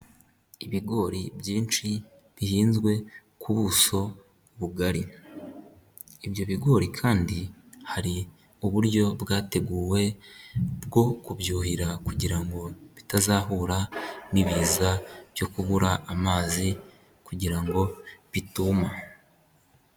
Ibigori byinshi bihinzwe ku buso bugari. Ibyo bigori kandi hari uburyo bwateguwe bwo kubyuhira kugira ngo bitazahura n'ibiza byo kubura amazi kugira ngo bituma.